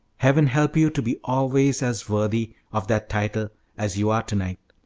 heaven help you to be always as worthy of that title as you are to-night!